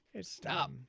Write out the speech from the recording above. Stop